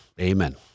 Amen